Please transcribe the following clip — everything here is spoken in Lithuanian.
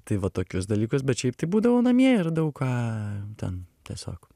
tai va tokius dalykus bet šiaip tai būdavau namie ir daug ką ten tiesiog